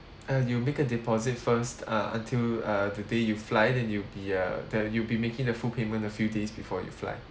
uh you'll make a deposit first uh until uh the day you fly then you'll be uh the you'll be making the full payment a few days before you fly